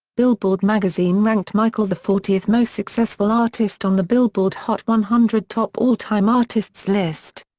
billboard magazine ranked michael the fortieth most successful artist on the billboard hot one hundred top all-time artists list.